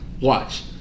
Watch